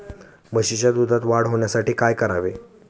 म्हशीच्या दुधात वाढ होण्यासाठी काय करावे?